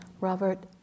Robert